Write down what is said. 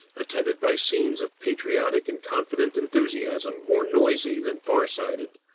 attended by scenes of patriotic and confident enthusiasm more noisy than far-sighted,